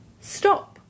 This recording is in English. stop